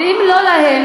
ואם לא להם,